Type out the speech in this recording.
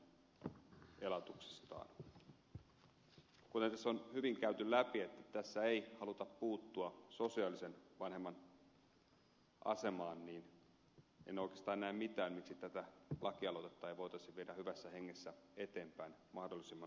kuten tässä on hyvin käyty läpi tässä ei haluta puuttua sosiaalisen vanhemman asemaan enkä oikeastaan näe mitään syytä miksi tätä lakialoitetta ei voitaisi viedä hyvässä hengessä eteenpäin mahdollisimman nopeasti